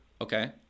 Okay